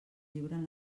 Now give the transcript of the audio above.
lliuren